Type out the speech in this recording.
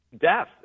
death